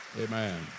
Amen